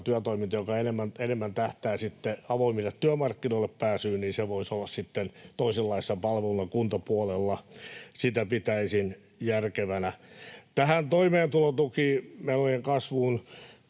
työtoiminta, joka enemmän tähtää avoimille työmarkkinoille pääsyyn, voisi olla sitten toisenlaisena palveluna kuntapuolella. Sitä pitäisin järkevänä. Tähän toimeentulotukimenojen kasvuun